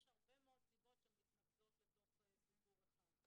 יש הרבה מאוד סיבות שמתנקזות לתוך סיפור אחד.